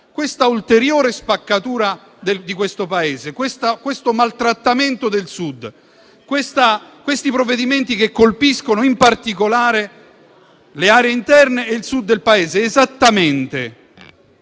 questa ulteriore spaccatura del Paese, questo maltrattamento del Sud e questi provvedimenti che colpiscono in particolare le aree interne e il Sud del Paese esattamente